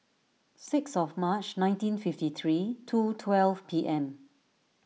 six of March nineteen fifty three two twelve P M